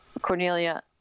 Cornelia